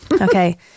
Okay